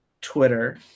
Twitter